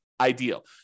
ideal